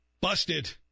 Busted